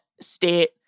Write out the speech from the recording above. state